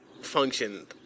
functioned